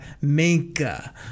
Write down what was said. Minka